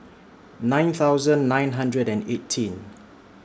nine thousand nine hundred and eighteen